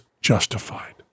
justified